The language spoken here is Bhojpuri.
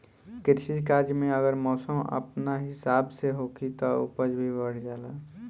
कृषि कार्य में अगर मौसम अपना हिसाब से होखी तब उपज भी बढ़ जाला